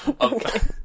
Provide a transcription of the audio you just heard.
Okay